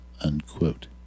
unquote